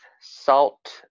Salt